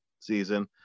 season